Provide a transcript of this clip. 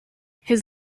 his